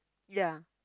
ya